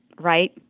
right